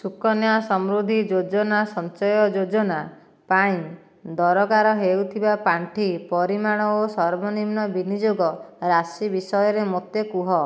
ସୁକନ୍ୟା ସମୃଦ୍ଧି ଯୋଜନା ସଞ୍ଚୟ ଯୋଜନା ପାଇଁ ଦରକାର ହେଉଥିବା ପାଣ୍ଠି ପରିମାଣ ଓ ସର୍ବନିମ୍ନ ବିନିଯୋଗ ରାଶି ବିଷୟରେ ମୋତେ କୁହ